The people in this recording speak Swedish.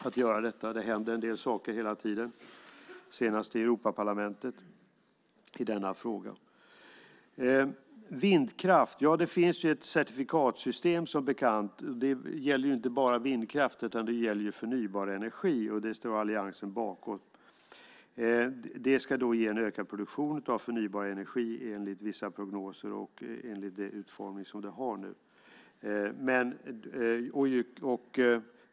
Det händer en del saker i denna fråga hela tiden, senast i Europaparlamentet. När det gäller vindkraft finns det som bekant ett certifikatsystem. Det gäller inte bara vindkraft utan förnybar energi. Det står alliansen bakom. Det ska ge en ökad produktion av förnybar energi enligt vissa prognoser enligt den utformning som det har.